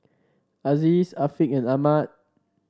Aziz Afiq and Ahmad